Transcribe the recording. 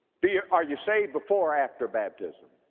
do you, are you saved before or after baptism?